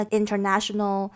international